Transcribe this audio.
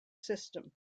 system